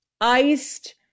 iced